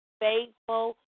faithful